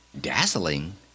Dazzling